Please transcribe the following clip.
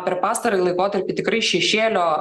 per pastarąjį laikotarpį tikrai šešėlio